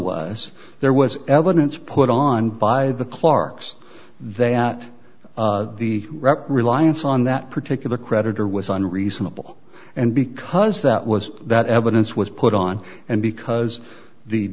was there was evidence put on by the clarks they at the rep reliance on that particular creditor was on reasonable and because that was that evidence was put on and because the